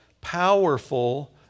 powerful